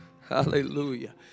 hallelujah